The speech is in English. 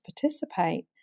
participate